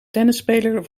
tennisspeler